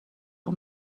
اون